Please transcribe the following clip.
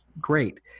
great